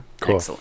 cool